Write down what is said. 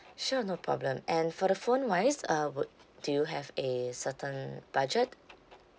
sure no problem and for the phone wise uh would do you have a certain budget